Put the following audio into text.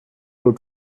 would